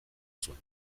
zuen